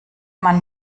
man